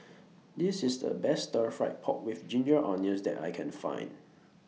This IS The Best Stir Fried Pork with Ginger Onions that I Can Find